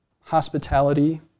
hospitality